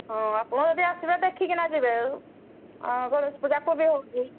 ହଁ ଆପଣ ଯଦି ଆସିବେ ଦେଖିକିନା ଯିବେ ଆଉ ଗଣେଶ ପୂଜା କୁ ବି ହେଉଛି